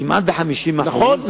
כמעט 50% נכון,